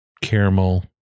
caramel